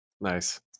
Nice